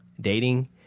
dating